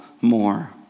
more